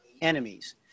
enemies